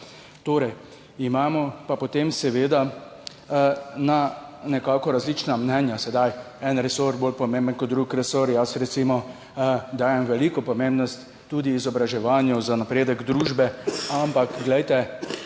dan. Imamo pa seveda nekako različna mnenja, en resor je bolj pomemben kot drug resor. Jaz, recimo, dajem veliko pomembnost tudi izobraževanju, za napredek družbe. Ampak, glejte,